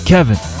Kevin